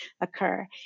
occur